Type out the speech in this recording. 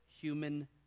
human